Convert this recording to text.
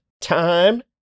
time